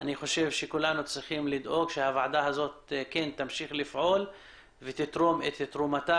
אני חושב שכולנו צריכים לדאוג שהוועדה הזו תמשיך לפעול ותתרום את תרומתה